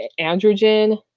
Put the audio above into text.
androgen